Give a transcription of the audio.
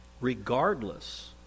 regardless